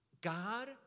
God